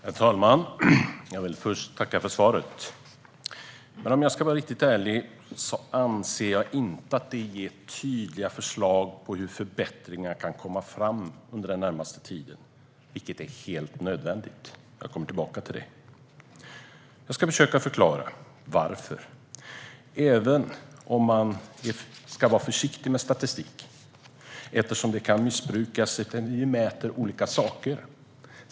Herr talman! Jag vill först tacka för svaret. Men om jag ska vara riktigt ärlig anser jag inte att det innehåller tydliga förslag till förbättringar under den närmaste tiden, vilket är helt nödvändigt. Jag återkommer till det. Jag ska försöka att förklara varför. Man ska vara försiktig med statistik eftersom den kan missbrukas. Man mäter olika saker.